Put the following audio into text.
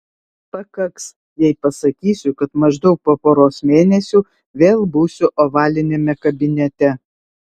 pakaks jei pasakysiu kad maždaug po poros mėnesių vėl būsiu ovaliniame kabinete